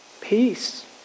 Peace